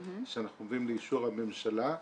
שאנחנו מביאים לאישור הממשלה.